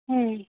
ও